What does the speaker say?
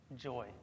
joy